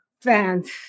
fans